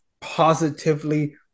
positively